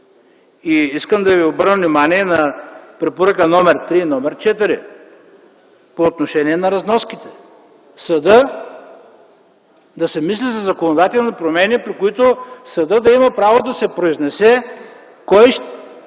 Искам да Ви обърна внимание на препоръка № 3 и 4 – по отношение на разноските. Да се мисли за законодателни промени, при които съдът да има право да се произнесе като